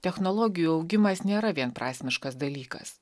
technologijų augimas nėra vienprasmiškas dalykas